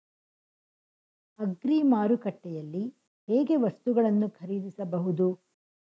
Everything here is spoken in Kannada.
ಅಗ್ರಿ ಮಾರುಕಟ್ಟೆಯಲ್ಲಿ ಹೇಗೆ ವಸ್ತುಗಳನ್ನು ಖರೀದಿಸಬಹುದು?